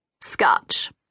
Scotch